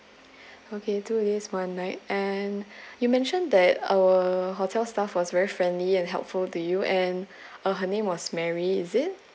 okay two days one night and you mentioned that our hotel staff was very friendly and helpful to you and uh her name was mary is it